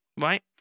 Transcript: right